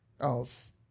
else